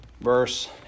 verse